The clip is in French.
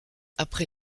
après